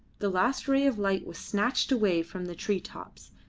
the last ray of light was snatched away from the tree-tops,